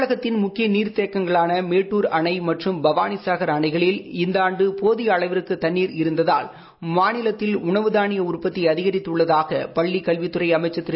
தமிழகத்தின் முக்கிய நீர்த் தேக்கங்களான மேட்டுர் அணை மற்றும் பவானிசார் அனைகளில் இந்த ஆண்டு போதிய அளவிற்கு தண்ணீர் இருந்ததால் மாநிலத்தில் உணவுதானிய உற்பத்தி அதிகரித்துள்ளதாக பள்ளிக் கல்வித்துறை அமைச்சர் திரு